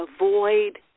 avoid